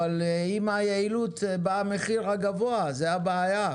אבל עם היעילות בא המחיר הגבוה, זו הבעיה.